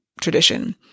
tradition